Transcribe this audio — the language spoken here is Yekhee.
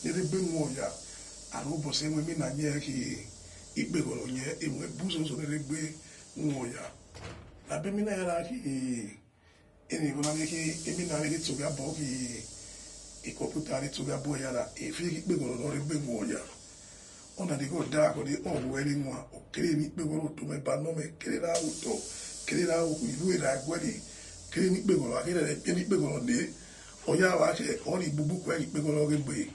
Le regbe khuoya airobo sin mo ikpehoro khe emobusoso liregbe khuoye lage mirey la beliaigwo eme la leghe sogha bo ekhi computer, eghie sogha agbo eyara loregbe khioya ola i aigwo da yakhore ogwe ere khume kere oto kere okhui roare ghure okhagere meliekpeghoro le oya wa olibubu khique ue ekpeghoro ghe be